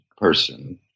person